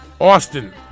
Austin